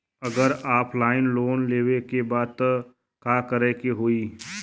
अगर offline loan लेवे के बा त का करे के होयी?